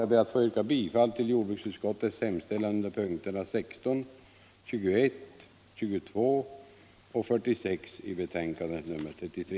Jag ber att få yrka bifall till jordbruksutskottets hemställan under punkterna 16, 21, 22 och 46 i betänkandet nr 33.